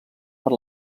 per